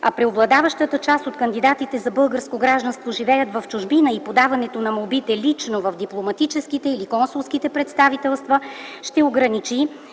а преобладаващата част от кандидатите за българско гражданство живеят в чужбина и подаването на молбите лично в дипломатическите и консулските представителства ще ограничи